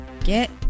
Get